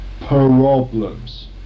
Problems